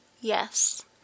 Yes